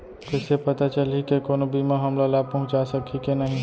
कइसे पता चलही के कोनो बीमा हमला लाभ पहूँचा सकही के नही